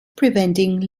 preventing